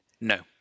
No